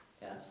Yes